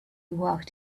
walked